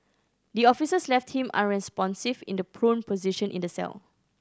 the officers left him unresponsive in the prone position in the cell